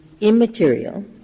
immaterial